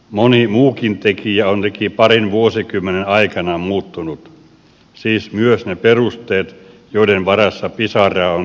moni muukin tekijä on liki parin vuosikymmenen aikana muuttunut siis myös ne perusteet joiden varassa pisaraa on puskettu eteenpäin